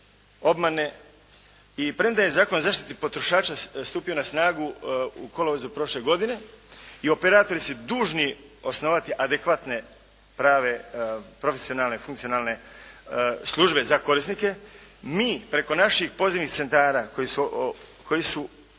obmane. I premda je Zakon o zaštiti potrošača stupio na snagu u kolovozu prošle godine i operatori su dužni osnovati adekvatne prave, profesionalne, funkcionalne službe za korisnike. Mi preko naših pozivnih centara koji su